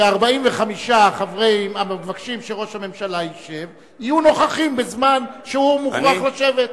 שה-45 המבקשים שראש הממשלה ישב יהיו נוכחים בזמן שהוא מוכרח לשבת,